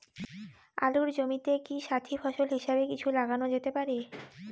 আলুর জমিতে কি সাথি ফসল হিসাবে কিছু লাগানো যেতে পারে?